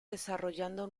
desarrollando